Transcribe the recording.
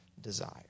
desire